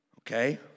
Okay